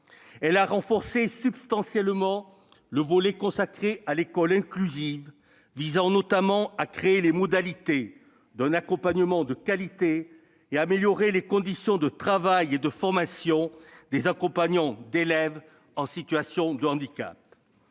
Elle a renforcé substantiellement le volet consacré à l'école inclusive, visant notamment à créer les modalités d'un accompagnement de qualité et à améliorer les conditions de travail et de formation des accompagnants d'élèves en situation de handicap.